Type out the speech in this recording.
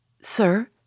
Sir